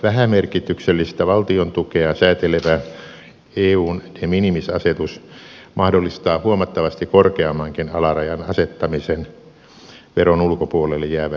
vähämerkityksellistä valtion tukea säätelevä eun de minimis asetus mahdollistaa huomattavasti korkeammankin alarajan asettamisen veron ulkopuolelle jäävälle toiminnalle